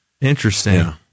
interesting